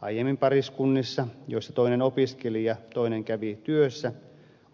aikaisemmin pariskunnan toisen osapuolen opiskellessa ja toisen käydessä työssä